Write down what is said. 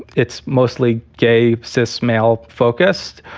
it's mostly gay cis male focused,